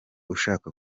ushaka